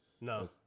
No